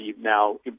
now